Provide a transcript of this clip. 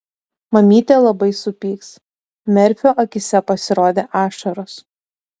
mamytė labai supyks merfio akyse pasirodė ašaros